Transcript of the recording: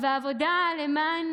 עבודה למען